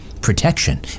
protection